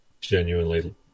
genuinely